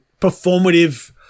performative